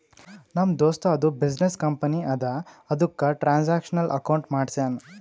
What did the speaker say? ನಮ್ ದೋಸ್ತದು business company ಅದಾ ಅದುಕ್ಕ ಟ್ರಾನ್ಸ್ಅಕ್ಷನಲ್ ಅಕೌಂಟ್ ಮಾಡ್ಸ್ಯಾನ್